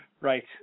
Right